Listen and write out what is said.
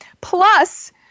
Plus